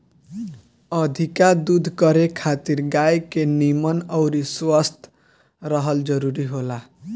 अधिका दूध करे खातिर गाय के निमन अउरी स्वस्थ रहल जरुरी होला